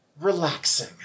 relaxing